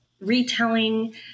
retelling